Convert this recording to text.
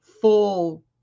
full